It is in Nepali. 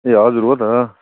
ए हजुर हो त